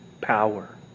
power